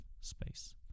space